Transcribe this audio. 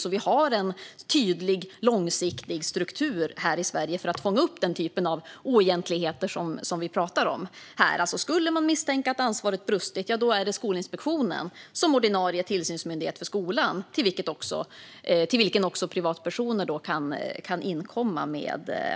Vi har alltså en tydlig, långsiktig struktur här i Sverige för att fånga upp den typ av oegentligheter som vi talar om här. Skulle man misstänka att ansvaret brustit, ja, då är det till Skolinspektionen som ordinarie tillsynsmyndighet som även privatpersoner kan inkomma med anmälningar.